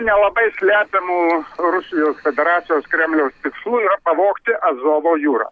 nelabai slepiamų rusijos federacijos kremliaus tikslų yra pavogti azovo jūrą